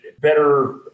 better